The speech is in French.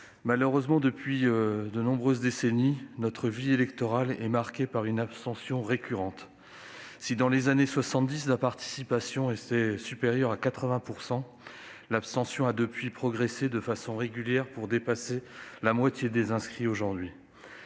Malheureusement, depuis plusieurs décennies, notre vie électorale est marquée par une abstention récurrente. Si dans les années 1970, la participation était supérieure à 80 %, l'abstention a depuis progressé de façon régulière pour dépasser aujourd'hui